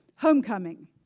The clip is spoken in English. homecoming.